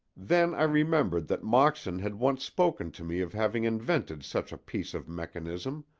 then i remembered that moxon had once spoken to me of having invented such a piece of mechanism,